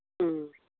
ꯎꯝ